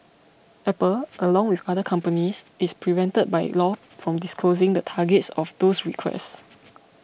apple along with other companies is prevented by law from disclosing the targets of those requests